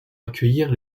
accueillir